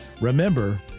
remember